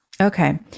Okay